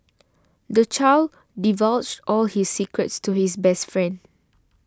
the child divulged all his secrets to his best friend